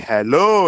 Hello